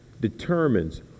determines